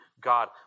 God